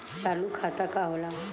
चालू खाता का होला?